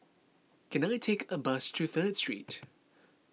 can I take a bus to Third Street